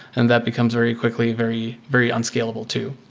and that becomes very quickly very, very unscalable too.